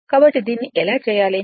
కాబట్టి దీన్ని ఎలా చేయాలి